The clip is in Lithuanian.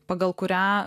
pagal kurią